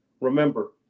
Remember